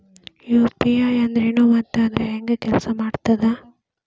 UPI ಅಂದ್ರೆನು ಮತ್ತ ಅದ ಹೆಂಗ ಕೆಲ್ಸ ಮಾಡ್ತದ